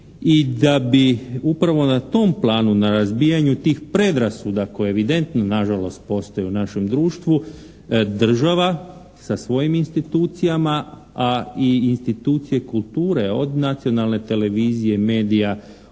i da bi upravo na tom planu, na razbijanju tih predrasuda koje evidentno nažalost postoje u našem društvu država sa svojim institucijama a i institucije kulture od nacionalne televizije, medija,